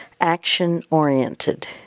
action-oriented